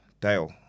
dale